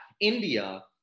India